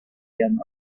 and